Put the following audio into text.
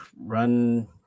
run